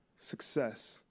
success